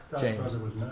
James